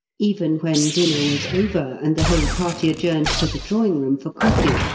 even when dinner was over, and the whole party adjourned to the drawing-room for coffee,